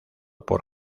por